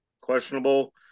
questionable